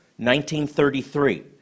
1933